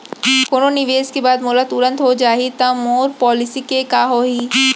कोनो निवेश के बाद मोला तुरंत हो जाही ता मोर पॉलिसी के का होही?